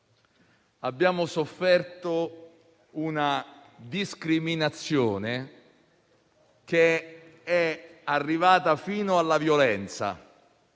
Abbiamo sofferto una discriminazione che è arrivata fino alla violenza,